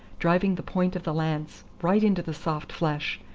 driving the point of the lance right into the soft flesh,